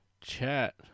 chat